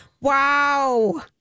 Wow